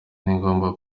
ningombwa